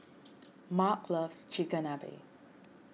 Marc loves Chigenabe